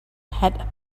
had